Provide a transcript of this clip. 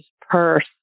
purse